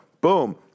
boom